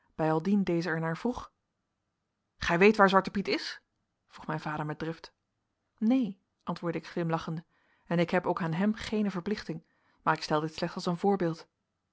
bijaldien deze er naar vroeg gij weet waar zwarte piet is vroeg mijn vader met drift neen antwoordde ik glimlachende en ik heb ook aan hem geene verplichting maar ik stel dit slechts als een voorbeeld